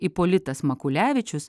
ipolitas makulevičius